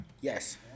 Yes